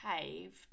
caved